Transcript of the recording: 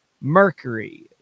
Mercury